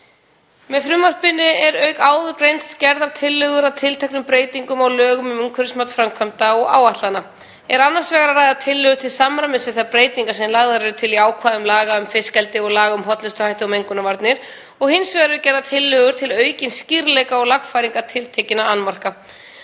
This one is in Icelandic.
Með frumvarpinu eru auk áðurgreinds gerðar tillögur að tilteknum breytingum á lögum um umhverfismat framkvæmda og áætlana. Er annars vegar um að ræða tillögur til samræmis við þær breytingar sem lagðar eru til í ákvæðum laga um fiskeldi og laga um hollustuhætti og mengunarvarnir og hins vegar eru gerðar tillögur til aukins skýrleika og lagfæringar tiltekinna annmarka.